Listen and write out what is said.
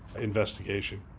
investigation